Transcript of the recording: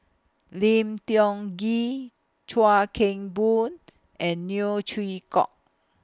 Lim Tiong Ghee Chuan Keng Boon and Neo Chwee Kok